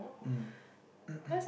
mm